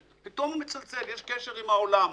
פתאום הוא מצלצל ויש קשר עם העולם.